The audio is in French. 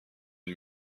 une